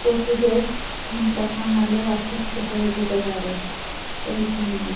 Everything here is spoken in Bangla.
পশুদের মশা কামড়ালে অসুস্থ হয়ে যেতে পারে এই জন্য